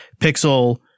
Pixel